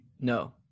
no